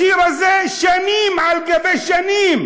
השיר הזה, שנים על גבי שנים